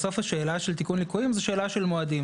בסוף השאלה של תיקון ליקויים זו שאלה של מועדים.